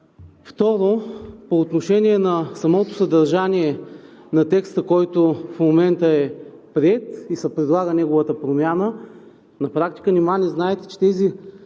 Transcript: Второ, по отношение на самото съдържание на текста, който в момента е приет и се предлага неговата промяна. На практика нима не знаете, че тези